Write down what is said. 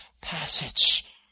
passage